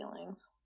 feelings